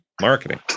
marketing